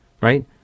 right